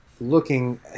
looking